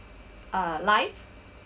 uh life